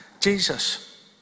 Jesus